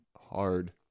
hard